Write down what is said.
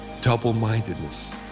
double-mindedness